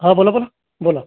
हां बोला बोला बोला